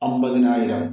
അമ്പതിനായിരം